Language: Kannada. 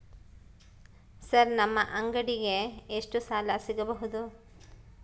ಸರ್ ನಮ್ಮ ಅಂಗಡಿಗೆ ಎಷ್ಟು ಸಾಲ ಸಿಗಬಹುದು?